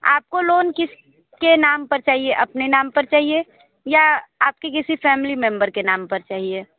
आपको लोन किसके नाम पर चाहिए अपने नाम पर चाहिए या आपके किसी फैमिली मेंबर के नाम पर चाहिए